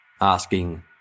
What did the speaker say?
asking